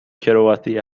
کرواتی